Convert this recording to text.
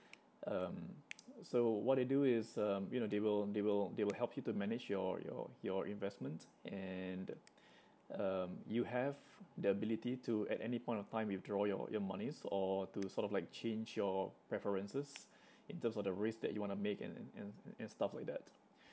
um so what they do is um you know they will they will they will help you to manage your your your investment and um you have the ability to at any point of time withdraw your your monies or to sort of like change your preferences in terms of the risk that you wanna make and and and and stuff like that